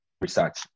research